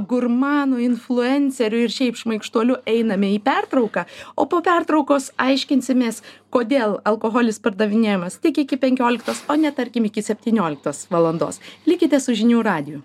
gurmanu influenceriu ir šiaip šmaikštuoliu einame į pertrauką o po pertraukos aiškinsimės kodėl alkoholis pardavinėjamas tik iki penkioliktos o ne tarkim iki septynioliktos valandos likite su žinių radiju